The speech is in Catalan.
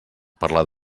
parlar